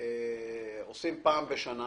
עושים פעם בשנה